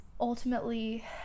ultimately